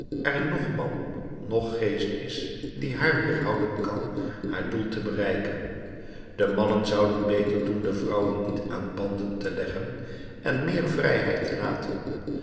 er noch man noch geest is die haar weêrhouden kan haar doel te bereiken de mannen zouden beter doen de vrouwen niet aan banden te leggen en meer vrijheid te laten